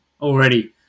already